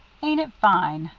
ain't it fine?